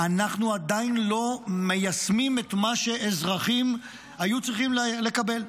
אנחנו עדיין לא מיישמים את מה שאזרחים היו צריכים לקבל,